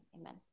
amen